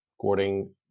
according